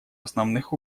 основных